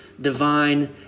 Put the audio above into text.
divine